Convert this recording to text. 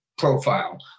Profile